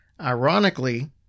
Ironically